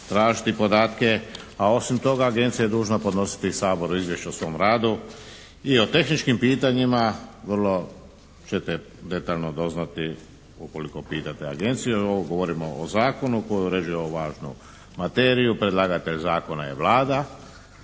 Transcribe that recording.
tražiti podatke, a osim toga agencija je dužna podnositi Saboru izvješće o svom radu i o tehničkim pitanjima vrlo ćete detaljno doznati ukoliko pitate agenciju, jer ovdje govorimo o zakonu koji uređuje ovu važnu materiju. Predlagatelj zakona je Vlada.